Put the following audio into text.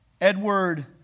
Edward